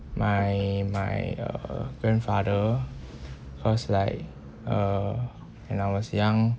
my my uh grandfather first like uh and I was young